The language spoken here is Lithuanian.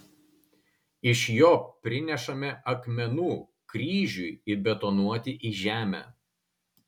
iš jo prinešame akmenų kryžiui įbetonuoti į žemę